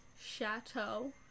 Chateau